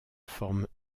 forme